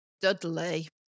Dudley